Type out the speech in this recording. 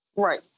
right